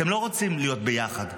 אתם לא רוצים להיות ביחד.